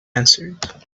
answered